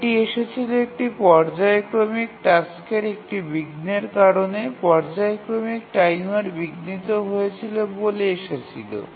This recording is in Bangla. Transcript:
এটি এসেছিলো একটি পর্যায়ক্রমিক টাস্কের একটি বিঘ্নের কারণে পর্যায়ক্রমিক টাইমার বিঘ্নিত হয়েছিল বোলে এসেছিলো